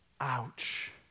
Ouch